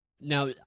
Now